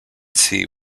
sea